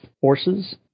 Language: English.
forces